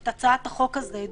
שעל הצעת החוק הזאת,